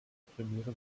premiere